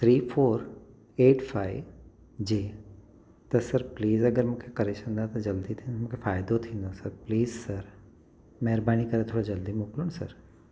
three four eight five जी त sir please अगरि मूंखे करे छंडींदा त जल्दी थी मूंखे फ़ाइदो थींदो सर प्लीज सर महिरबानी करे थोरो जल्दी मोकिलो न सर